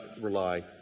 rely